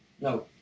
No